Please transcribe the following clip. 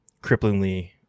cripplingly